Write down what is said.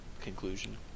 conclusion